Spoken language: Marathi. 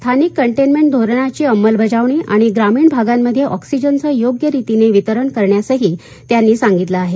स्थानिक कंटेनमेंट धोरणाची अंमलबजावणी आणि ग्रामीण भागांमध्ये ऑक्सीजनचं योग्य रितीनं वितरण करण्यासही त्यांनी सांगितलं आहे